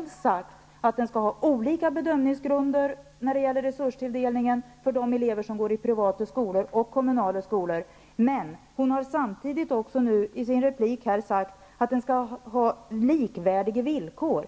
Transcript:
hon sagt att det skall vara olika bedömningsgrunder när det gäller resurstilldelningen för de elever som går i privata skolor och kommunala skolor, men hon har samtidigt i sin replik sagt att det skall vara likvärdiga villkor.